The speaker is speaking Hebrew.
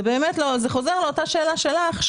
חוזרת לאותה שאלה שלך,